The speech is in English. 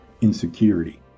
insecurity